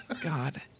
God